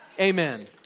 Amen